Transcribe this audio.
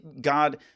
God